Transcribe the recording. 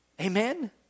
Amen